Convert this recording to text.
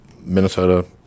Minnesota